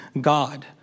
God